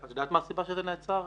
את יודעת מה הסיבה שזה נעצר?